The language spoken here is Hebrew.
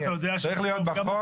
צריך להיות בחוק --- תומר,